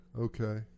Okay